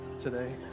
today